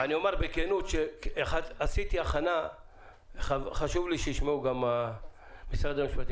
אני אומר בכנות, וחשוב לי שישמעו גם משרד המשפטים.